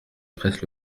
presse